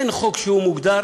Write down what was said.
אין חוק שהוא מוגדר